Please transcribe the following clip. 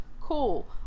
cool